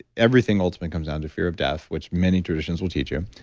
everything ultimately comes down to fear of death, which many traditions will teach you.